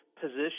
position